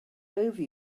over